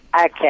Okay